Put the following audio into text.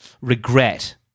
regret